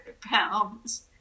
pounds